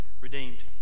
redeemed